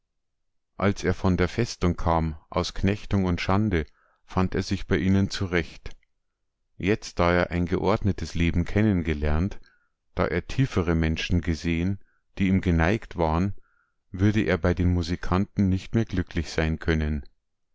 als er von der festung kam aus knechtung und schande fand er sich bei ihnen zurecht jetzt da er ein geordnetes leben kennengelernt da er tiefere menschen gesehen die ihm geneigt waren würde er bei den musikanten nicht mehr glücklich sein können